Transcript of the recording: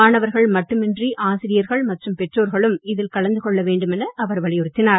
மாணவர்கள் மட்டுமின்றி ஆசிரியர்கள் மற்றும் பெற்றோர்களும் இதில் கலந்து கொள்ள வேண்டும் என அவர் வலியுறுத்தினார்